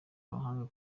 abahanga